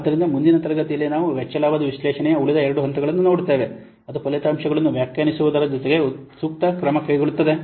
ಆದ್ದರಿಂದ ಮುಂದಿನ ತರಗತಿಯಲ್ಲಿ ನಾವು ವೆಚ್ಚ ಲಾಭದ ವಿಶ್ಲೇಷಣೆಯ ಉಳಿದ ಎರಡು ಹಂತಗಳನ್ನು ನೋಡುತ್ತೇವೆ ಅದು ಫಲಿತಾಂಶಗಳನ್ನು ವ್ಯಾಖ್ಯಾನಿಸುವುದರ ಜೊತೆಗೆ ಸೂಕ್ತ ಕ್ರಮ ತೆಗೆದುಕೊಳ್ಳುವುದು